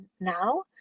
now